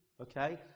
Okay